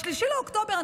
ב-3 באוקטובר,